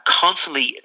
constantly